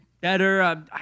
better